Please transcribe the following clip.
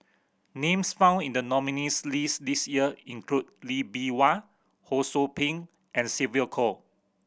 names found in the nominees' list this year include Lee Bee Wah Ho Sou Ping and Sylvia Kho